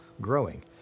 growing